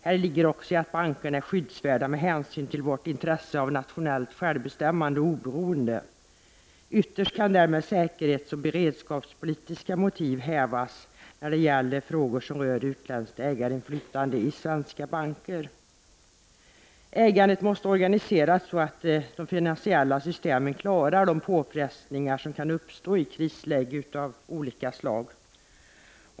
Häri ligger också att bankerna är skyddsvärda med hänsyn till Sveriges intresse av nationellt självbestämmande och oberoende. Ytterst kan därmed säkerhetsoch beredskapspolitiska motiv hävdas när det gäller frågor som rör utländskt ägarinflytande i svenska banker. Ägandet måste organiseras på ett sådant sätt att de finansiella systemen klarar de påfrestningar som kan uppstå i krislägen av olika slag.